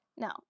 Now